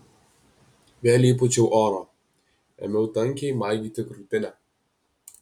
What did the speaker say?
vėl įpūčiau oro ėmiau tankiai maigyti krūtinę